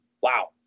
Wow